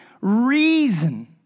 reason